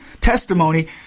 testimony